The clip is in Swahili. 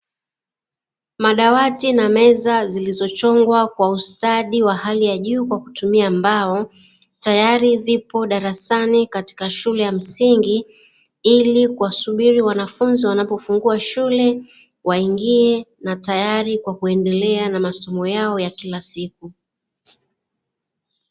Madawati na meza zilizochongwa kwa ustadi wa hali ya juu kwa kutumia mbao, tayari zipo darasani katika shule ya msingi ili kuwasubiri wanafunzi wakifungua shule waingine, na tayari kwa kuendelea na masomo yao ya kila siku.